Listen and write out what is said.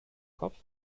kopf